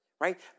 right